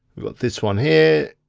we've got this one here,